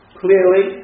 clearly